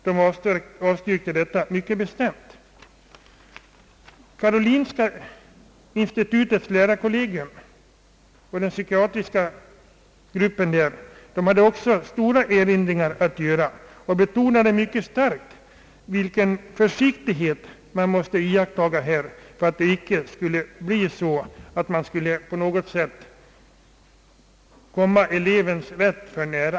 Den psykiatriska gruppen inom karolinska institutet hade också starka erinringar att göra och betonade mycket starkt den försiktighet som måste iakttas för att man inte på något sätt skulle träda elevens rätt för nära.